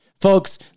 Folks